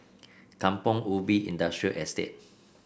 Kampong Ubi Industrial Estate